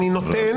אני נותן